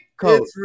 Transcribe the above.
Coach